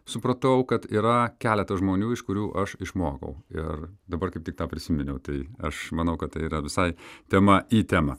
supratau kad yra keletas žmonių iš kurių aš išmokau ir dabar kaip tik tą prisiminiau tai aš manau kad tai yra visai tema į temą